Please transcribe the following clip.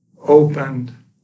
opened